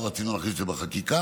לא רצינו להכניס את זה לחקיקה,